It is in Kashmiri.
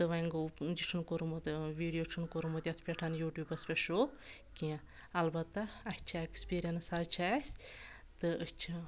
تہٕ وَنٛۍ گوٚو یہِ چھُ نہٕ کوٚرمُت ویٖڈیو چھُ نہٕ کوٚرمُت یَتھ پؠٹھ یوٗٹیوٗپَس پؠٹھ شو کینٛہہ اَلبَتہ اَسہِ چھِ ایٚکٕسپیٖرینس حٕظ چھِ اَسہِ تہٕ أسۍ چھِ